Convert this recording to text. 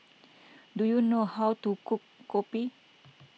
do you know how to cook Kopi